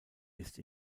ist